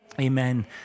Amen